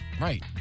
Right